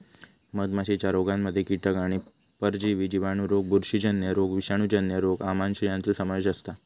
मधमाशीच्या रोगांमध्ये कीटक आणि परजीवी जिवाणू रोग बुरशीजन्य रोग विषाणूजन्य रोग आमांश यांचो समावेश असता